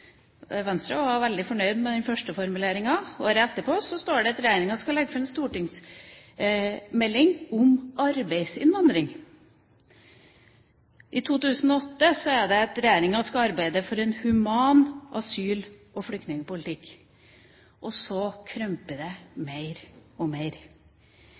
Venstre var veldig fornøyd med den første formuleringen. Året etterpå står det at regjeringa skal legge fram en «stortingsmelding om arbeidsinnvandring». I 2008 står det at regjeringa skal arbeide for en «human asyl- og flyktningpolitikk». Og så krymper det mer og mer.